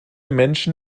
menschen